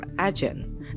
agent